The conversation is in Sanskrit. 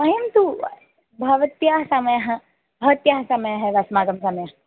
वयं तु भवत्याः समयः भवत्याः समयः अस्माकं समयः